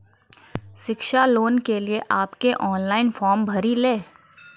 शिक्षा लोन के लिए आप के ऑनलाइन फॉर्म भरी ले?